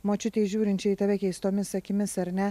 močiutei žiūrinčiai į tave keistomis akimis ar ne